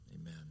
Amen